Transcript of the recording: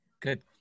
good